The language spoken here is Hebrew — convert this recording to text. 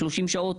30 שעות,